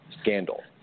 scandal